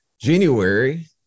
January